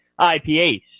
IPAs